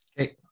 Okay